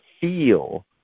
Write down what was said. feel